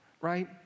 right